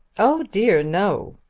oh dear no,